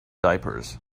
diapers